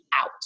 out